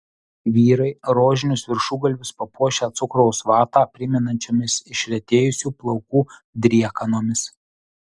vyrai rožinius viršugalvius papuošę cukraus vatą primenančiomis išretėjusių plaukų driekanomis